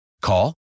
Call